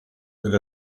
with